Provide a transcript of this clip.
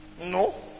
No